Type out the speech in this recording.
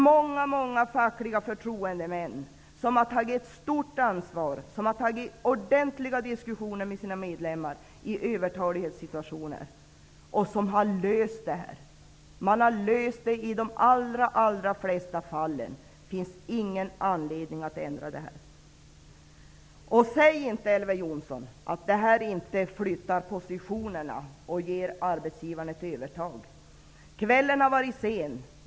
Många många fackliga förtroendemän har tagit ett stort ansvar och har i övertalighetssituationer haft ordentliga diskussioner med sina medlemmar och kommit fram till en lösning. Så har det varit i de allra flesta fallen. Det finns alltså ingen anledning till ändring här. Och säg inte, Elver Jonsson, att det här inte flyttar positionerna och ger arbetsgivaren ett övertag! Kvällen är sen.